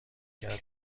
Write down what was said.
کردن